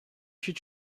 should